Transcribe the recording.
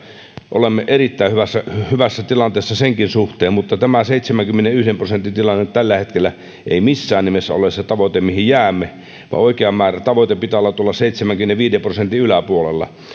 olemme erittäin hyvässä hyvässä tilanteessa senkin suhteen mutta tämä seitsemänkymmenenyhden prosentin tilanne tällä hetkellä ei missään nimessä ole se tavoite mihin jäämme vaan oikean tavoitteen pitää olla tuolla seitsemänkymmenenviiden prosentin yläpuolella